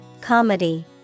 Comedy